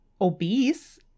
obese